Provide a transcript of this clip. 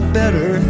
better